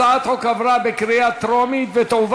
הצעת החוק עברה בקריאה טרומית ותועבר